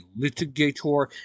litigator